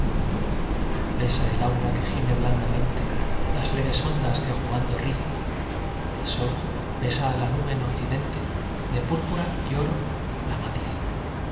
besa el aura que gime blandamente las leves ondas que jugando riza el sol besa á la nube en occidente y de púrpura y oro la matiza